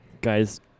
Guys